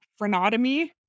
phrenotomy